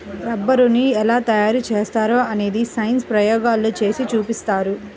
రబ్బరుని ఎలా తయారు చేస్తారో అనేది సైన్స్ ప్రయోగాల్లో చేసి చూపిస్తారు